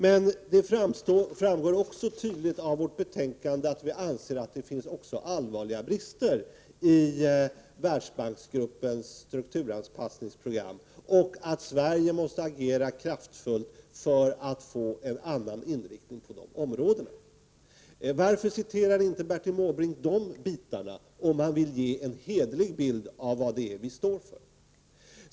Men det framgår tydligt av utskottets betänkande att vi anser att det också finns allvarliga brister i Världsbanksgruppens strukturanpassningsprogram och att Sverige måste agera kraftfullt för att få en annan inriktning inom dessa områden. Varför citerar inte Bertil Måbrink de delarna om han vill ge en hederlig bild av det vi står för?